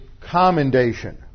commendation